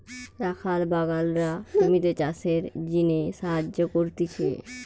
রাখাল বাগলরা জমিতে চাষের জিনে সাহায্য করতিছে